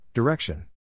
Direction